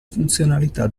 funzionalità